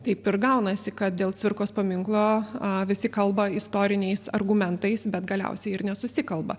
taip ir gaunasi kad dėl cvirkos paminklo a visi kalba istoriniais argumentais bet galiausiai ir nesusikalba